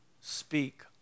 Speak